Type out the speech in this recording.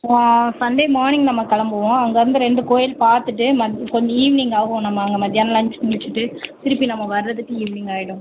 Sunday morning நம்ம கிளம்புவோம் அங்கிருந்து ரெண்டு கோயில் பார்த்துட்டு மத் கொஞ்சம் ஈவினிங் ஆகும் நம்ம அங்கே மத்தியானம் லஞ்ச் முடிச்சுட்டு திரும்பி நம்ம வரதுக்கு ஈவினிங் ஆகிடும்